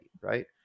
right